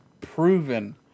proven